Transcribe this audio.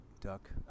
duck